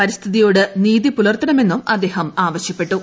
പരിസ്ഥിതിയോട് നീതി പുല്ലൂർത്തണമെന്നും അദ്ദേഹം ആവശ്യപ്പെട്ടു